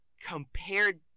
compared